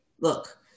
look